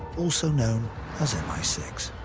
also known as m i six.